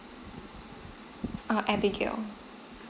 err abigail